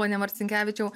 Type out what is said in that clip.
pone marcinkevičiau